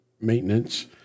maintenance